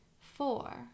four